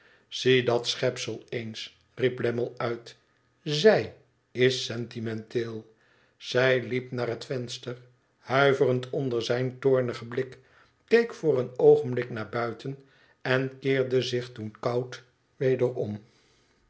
zie dat schepsel eens riep lammie uit izij is sentimenteel zij liep naar het venster huiverend onder zijn toomigen blik keek voor een oogenblik naar buiten en keerde zich toen koud weder